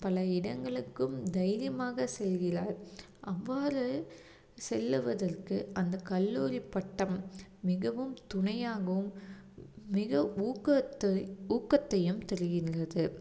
பல இடங்களுக்கும் தைரியமாக செல்கிறார் அவ்வாறு செல்லுவதற்கு அந்த கல்லூரி பட்டம் மிகவும் துணையாகவும் மிக ஊக்கத்தை ஊக்கத்தையும் தருகின்றது